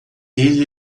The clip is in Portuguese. ele